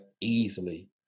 easily